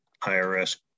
IRS